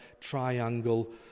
triangle